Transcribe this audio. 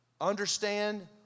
understand